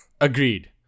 Agreed